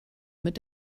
mit